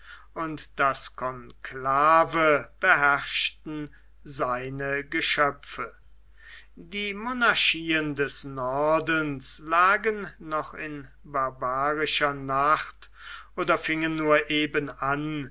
und das conclave beherrschten seine geschöpfe die monarchien des nordens lagen noch in barbarischer nacht oder fingen nur eben an